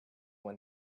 when